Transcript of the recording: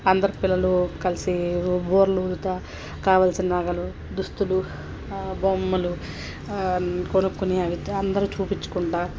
అందరూ పిల్లలు కలిసి బూరెలు ఊదుతా కావాల్సిన నగలు దుస్తులు బొమ్మలు కొనుక్కుని అవి అందరికీ చూపించుకుంటా